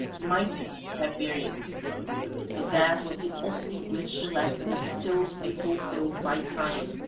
mightest have buried me for that was the only wish left me still to be fulfilled by time,